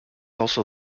also